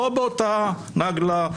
לא באותה נגלה.